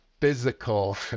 physical